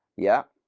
yeah.